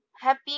Happy